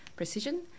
precision